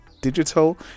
digital